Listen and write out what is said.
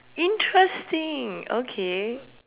interesting okay